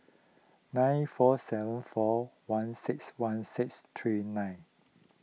nine four seven four one six one six three nine